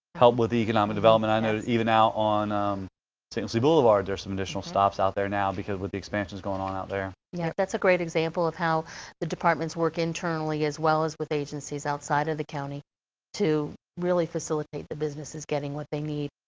help with economic development. i know even now on st. lucie boulevard there's some additional stops out there now, because with the expansions going on out there. yeah, that's a great example of how the departments work internally, as well as with agencies outside of the county to really facilitate the businesses getting what they need.